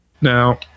now